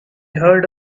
heard